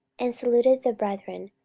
and saluted the brethren,